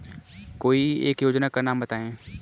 कोई एक योजना का नाम बताएँ?